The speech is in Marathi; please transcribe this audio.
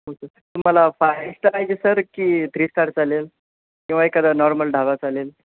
ओके तुम्हाला फाय स्टार पाहिजे सर की थ्री स्टार चालेल किंवा एखादा नॉर्मल ढाबा चालेल